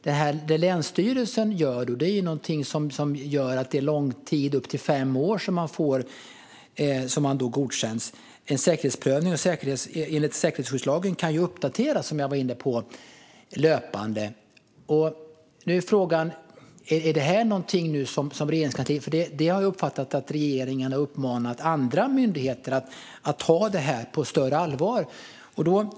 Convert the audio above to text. Den prövning länsstyrelsen gör är ju någonting som gör en godkänd upp till fem år. En säkerhetsprövning enligt säkerhetsskyddslagen kan uppdateras, som jag var inne på, löpande. Jag har uppfattat att regeringen har uppmanat andra myndigheter att ta detta på större allvar.